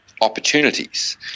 opportunities